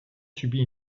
subit